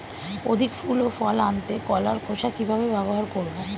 অধিক ফুল ও ফল আনতে কলার খোসা কিভাবে ব্যবহার করব?